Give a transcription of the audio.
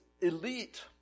elite